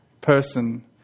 person